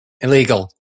Illegal